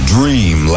dream